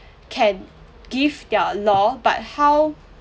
can give their law but how